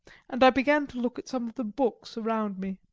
and i began to look at some of the books around me.